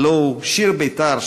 הלוא הוא שיר בית"ר,